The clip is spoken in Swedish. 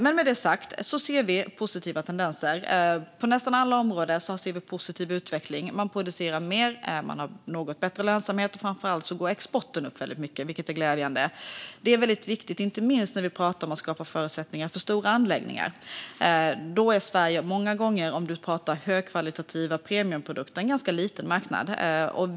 Med det sagt ser vi positiva tendenser. På nästan alla områden ser vi en positiv utveckling. Man producerar mer, man har något bättre lönsamhet och framför allt ökar exporten mycket. Det är glädjande och väldigt viktigt, inte minst när vi pratar om att skapa förutsättningar för stora anläggningar. Sverige är många gånger, om man pratar om högkvalitativa premiumprodukter, en ganska liten marknad.